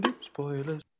Spoilers